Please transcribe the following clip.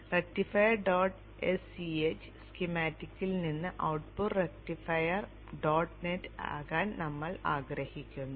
rectifier dot s c h സ്കീമാറ്റിക്കിൽ നിന്ന് output rectifier dot net ആകാൻ നമ്മൾ ആഗ്രഹിക്കുന്നു